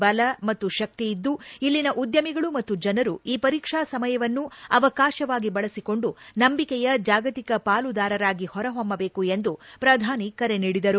ಬಲ ಮತ್ತು ಶಕ್ತಿ ಇದ್ದು ಇಲ್ಲಿನ ಉದ್ಯಮಿಗಳು ಮತ್ತು ಜನರು ಈ ವರೀಕ್ಷ ಸಮಯವನ್ನು ಅವಕಾಶವಾಗಿ ಬಳಸಿಕೊಂಡು ನಂಬಿಕೆಯ ಜಾಗತಿಕ ಪಾಲುದಾರರಾಗಿ ಹೊರಹೊಮ್ಮಬೇಕು ಎಂದು ಪ್ರಧಾನಿ ಕರೆ ನೀಡಿದರು